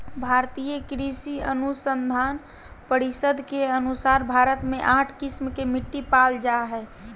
भारतीय कृषि अनुसंधान परिसद के अनुसार भारत मे आठ किस्म के मिट्टी पाल जा हइ